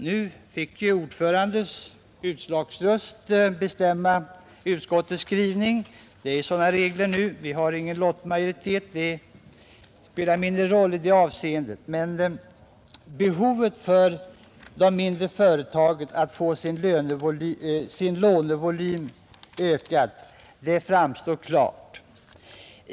Nu fick ordförandens utslagsröst bestämma utskottets skrivning — sådana regler gäller nu; det förekommer inte längre någon lottmajoritet. I det här avseendet spelar det visserligen mindre roll, men behovet för de mindre företagen att få sin lånevolym ökad framstår klart.